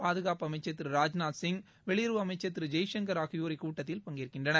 பாதுகாப்பு அமைச்சர் திரு ராஜ்நாத் சிங் வெளியுறவு அமைச்சர் திரு ஜெய்சங்கர் ஆகியோர் இக்கூட்டத்தில் பங்கேற்கின்றனர்